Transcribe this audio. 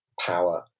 power